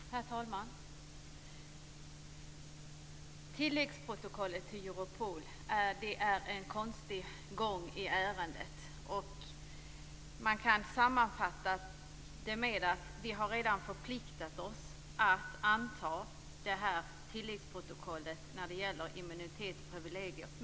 Herr talman! Det är en konstig gång i ärendet som gäller tilläggsprotokollet till Europol. Man kan sammanfatta det med att vi redan har förpliktat oss att anta det här tilläggsprotokollet när det gäller immunitet och privilegier.